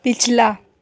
पिछला